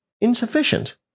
insufficient